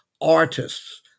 artists